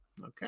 Okay